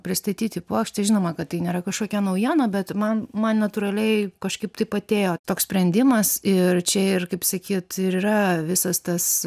pristatyti puokštę žinoma kad tai nėra kažkokia naujiena bet man man natūraliai kažkaip taip atėjo toks sprendimas ir čia ir kaip sakyt ir yra visas tas